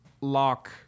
lock